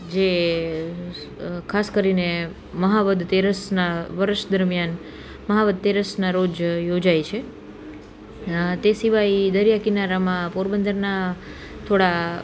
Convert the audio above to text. જે અ ખાસ કરીને મહા વદ તેરસના વર્ષ દરમિયાન મહા વદ તેરસના રોજ યોજાય છે તે સિવાય દરિયા કિનારામાં પોરબંદરના થોડા